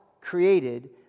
created